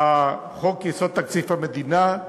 חוק-יסוד: תקציב המדינה,